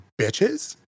bitches